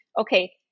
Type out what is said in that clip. okay